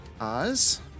Oz